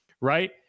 right